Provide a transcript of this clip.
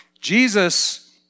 Jesus